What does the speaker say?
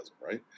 right